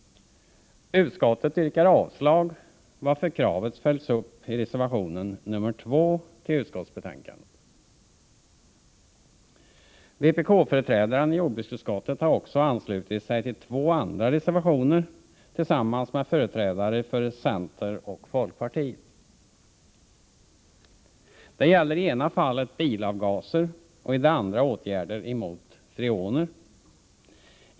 Utskottet yrkar avslag, varför kravet följts upp i reservation nr 2 till utskottsbetänkandet. Vpk-företrädaren i jordbruksutskottet har också anslutit sig till två andra reservationer tillsammans med företrädare för centern och folkpartiet. Det gäller i det ena fallet bilavgaser och i det andra åtgärder mot freoner.